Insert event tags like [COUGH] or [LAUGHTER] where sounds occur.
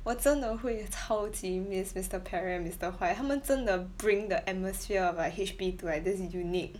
我真的会超级 mis~ mister Perry and mister White 他们真的 bring the atmosphere of like H_P to like this unique [NOISE]